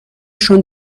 نشان